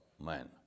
man